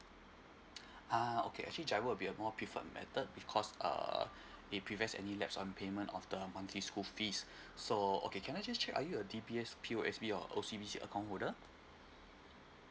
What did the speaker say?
uh okay actually G_I_R_O will be a more preferred method because uh it prevents any late on payment of the monthly school fees so okay can I just check are you a D_P_S P_O_S_B or O_C_B_C account holder